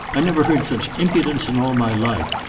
i never heard such impudence in all my life.